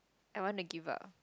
I want to give up